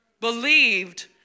believed